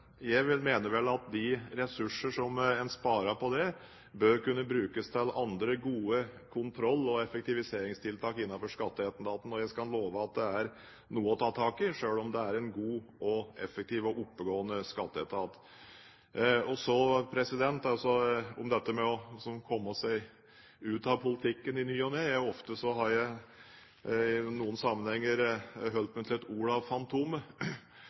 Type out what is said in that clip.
mener vel at de ressurser man sparer på det, bør kunne brukes til andre gode kontroll- og effektiviseringstiltak innenfor Skatteetaten. Jeg skal love at det er noe å ta tak i, selv om det er en god, effektiv og oppegående skatteetat. Så til dette med å komme seg ut av politikken i ny og ne. I noen sammenhenger har jeg holdt meg til et